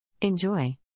Enjoy